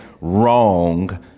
wrong